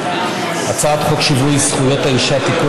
הצעת חוק שיווי זכויות האישה (תיקון,